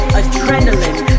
adrenaline